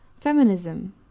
Feminism